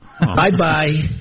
Bye-bye